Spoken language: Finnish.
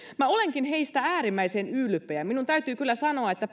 minä olenkin heistä äärimmäisen ylpeä ja minun täytyy kyllä sanoa että